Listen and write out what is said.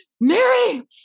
Mary